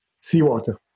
seawater